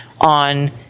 on